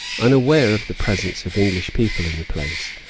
unaware of the presence of english people in the place,